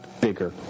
bigger